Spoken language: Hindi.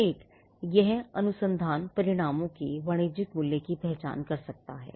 एक यह अनुसंधान परिणामों के वाणिज्यिक मूल्य की पहचान कर सकता है